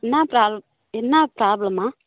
என்ன ப்ராப்ளம் என்ன ப்ராப்ளம்மா